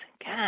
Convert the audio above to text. God